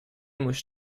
moest